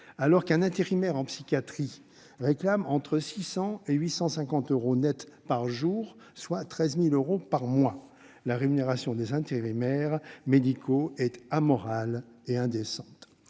alors qu'un intérimaire en psychiatrie gagne entre 600 et 850 euros net par jour, soit 13 000 euros net par mois. La rémunération des intérimaires médicaux est immorale et indécente.